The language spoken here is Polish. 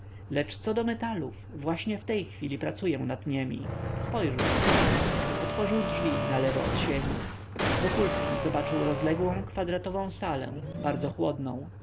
lecz co do metalów właśnie w tej chwili pracuję nad niemi spojrzyj otworzył drzwi nalewo od sieni wokulski zobaczył rozległą kwadratową salę bardzo chłodną